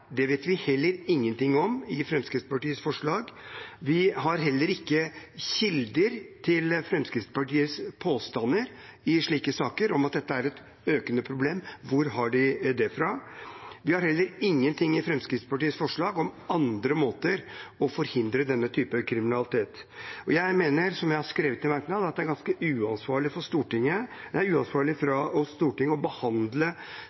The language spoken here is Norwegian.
Det vet vi heller ingenting om ut fra Fremskrittspartiets forslag. Vi har heller ikke kilder til Fremskrittspartiets påstander i slike saker om at dette er et økende problem. Hvor har de det fra? Vi har heller ingenting i Fremskrittspartiets forslag om andre måter å forhindre denne typen kriminalitet på. Jeg mener, som jeg har skrevet i en merknad, at det er ganske uansvarlig av oss, Stortinget,